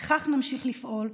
לכך נמשיך לפעול,